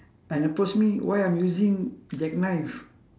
and approach me why I'm using jackknife